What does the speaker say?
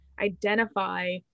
identify